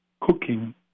Cooking